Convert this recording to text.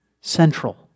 central